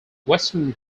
western